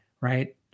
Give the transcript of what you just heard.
right